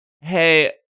hey